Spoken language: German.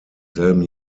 selben